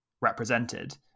represented